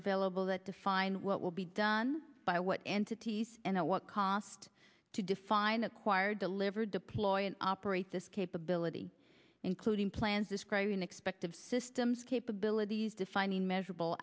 available that define what will be done by what entities and at what cost to define acquire delivered deploy and operate this capability including plans describing expect of systems capabilities defining measurable